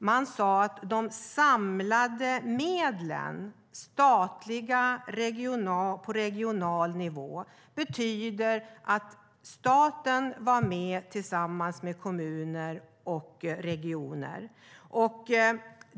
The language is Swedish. Man sade att de samlade medlen på statlig och regional nivå innebar att staten var med tillsammans med kommuner och regioner.